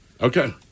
Okay